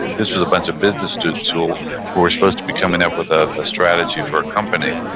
this was a bunch of business students so who were supposed to be coming up with ah a strategy for a company.